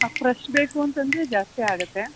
ಹಾಂ ಫ್ರೆಶ್ ಬೇಕು ಅಂತಂದರೆ ಜಾಸ್ತಿ ಆಗುತ್ತೆ